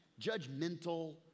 judgmental